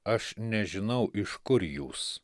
aš nežinau iš kur jūs